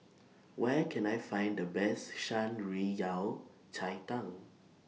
Where Can I Find The Best Shan Rui Yao Cai Tang